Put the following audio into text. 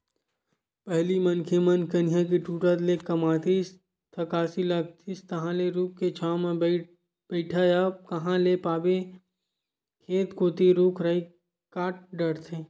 पहिली मनखे मन कनिहा के टूटत ले कमातिस थकासी लागतिस तहांले रूख के छांव म बइठय अब कांहा ल पाबे खेत कोती रुख राई कांट डरथे